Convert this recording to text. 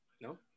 No